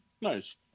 Nice